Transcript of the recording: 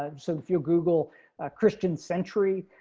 um so if you google christian century.